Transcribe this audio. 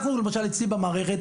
אצלי למשל במערכת,